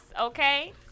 Okay